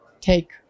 take